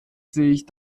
sich